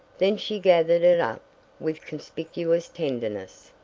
then she gathered it up with conspicuous tenderness,